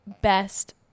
best